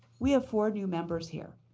we have four new members here.